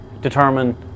determine